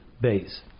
Base